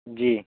जी